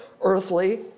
earthly